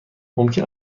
ممکن